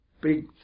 big